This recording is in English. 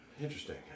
Interesting